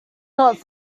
not